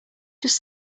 just